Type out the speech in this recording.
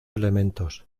elementos